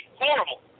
Horrible